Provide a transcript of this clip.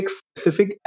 specific